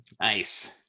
Nice